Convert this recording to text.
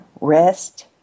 rest